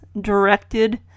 directed